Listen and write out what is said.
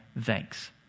thanks